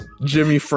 Jimmy